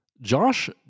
Josh